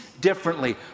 differently